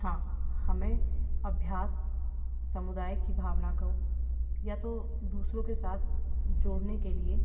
हाँ हमें अभ्यास समुदाय की भावना को या तो दूसरों के साथ जोड़ने के लिए